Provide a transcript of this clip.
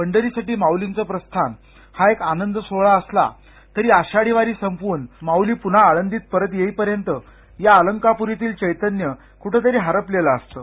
पंढरीसाठी माउलीचे प्रस्थान हा एक आनंद सोहळा असला तरी आषाढी वारी संपून माउली प्न्हा आळंदीत परत येईपर्यंत या अलंकाप्रीतील चैतन्य कुठंतरी हरपलेलं असतं